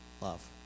love